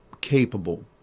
capable